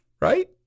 right